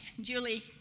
Julie